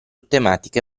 tematiche